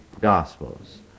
Gospels